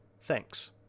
thanks